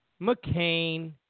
McCain